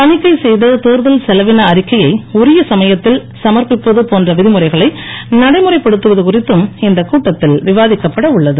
தணிக்கை செய்த தேர்தல் செலவின அறிக்கையை உரிய சமயத்தில் சமர்ப்பிப்பது போன்ற விதிமுறைகளை நடைமுறைப்படுத்துவது குறித்தும் இந்தக் கூட்டத்தில் விவாதிக்கப்பட உள்ளது